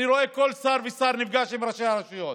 אני רואה כל שר ושר נפגש עם ראשי הרשויות,